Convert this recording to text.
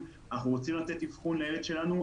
'אנחנו רוצים לתת אבחון לילד שלנו,